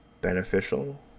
beneficial